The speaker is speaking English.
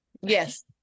Yes